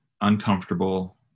uncomfortable